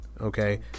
Okay